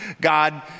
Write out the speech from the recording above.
God